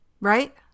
right